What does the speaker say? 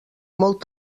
molt